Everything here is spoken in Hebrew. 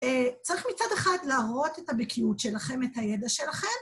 צריך מצד אחד להראות את הבקיאות שלכם, את הידע שלכם.